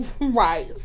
right